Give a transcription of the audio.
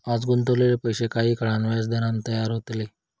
आज गुंतवलेले पैशे काही काळान व्याजदरान तयार होतले